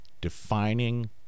defining